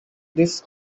this